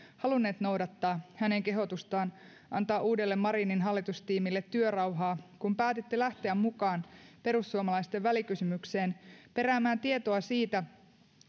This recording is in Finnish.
halunneet noudattaa hänen kehotustaan antaa uudelle marinin hallitustiimille työrauhaa kun päätitte lähteä mukaan perussuomalaisten välikysymykseen peräämään tietoa siitä